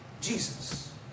Jesus